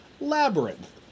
Labyrinth